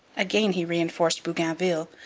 again he reinforced bougainville,